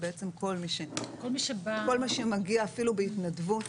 כל מי שמגיע אפילו בהתנדבות